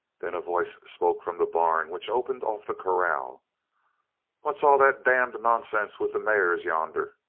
then a voice spoke from the barn which opened off the corral what's all that damned nonsense with the mares yonder?